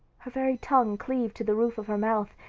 her very tongue cleaved to the roof of her mouth,